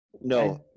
No